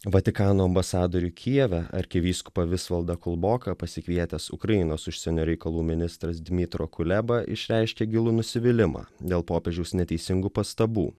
vatikano ambasadorių kijeve arkivyskupą visvaldą kulboką pasikvietęs ukrainos užsienio reikalų ministras dmitro kuleba išreiškė gilų nusivylimą dėl popiežiaus neteisingų pastabų